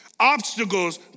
obstacles